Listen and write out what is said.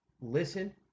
listen